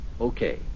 Okay